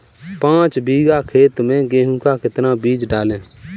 पाँच बीघा खेत में गेहूँ का कितना बीज डालें?